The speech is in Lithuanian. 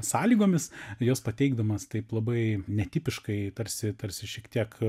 sąlygomis juos pateikdamas taip labai netipiškai tarsi tarsi šiek tiek